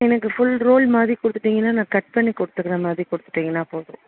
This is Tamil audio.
எனக்கு ஃபுல் ரோல் மாதிரி கொடுத்தீங்கன்னா நான் கட் பண்ணி கொடுத்துட்ற மாதிரி கொடுத்துட்டீங்கன்னா போதும்